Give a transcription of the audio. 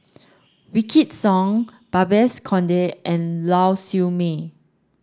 Wykidd Song Babes Conde and Lau Siew Mei